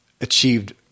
achieved –